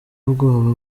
ubwoba